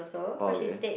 oh okay